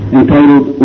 entitled